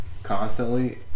Constantly